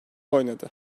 oynadı